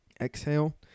Exhale